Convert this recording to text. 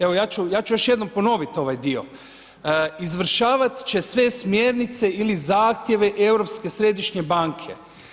Evo ja ću još jednom ponoviti ovaj dio: izvršavati će sve smjernice ili zahtjeve Europske središnje banke.